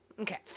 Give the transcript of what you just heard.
Okay